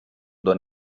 don